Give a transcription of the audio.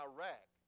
Iraq